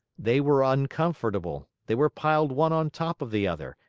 they were uncomfortable, they were piled one on top of the other,